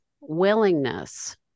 willingness